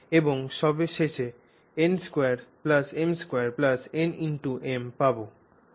এবং সবশেষে n2m2nm পাবে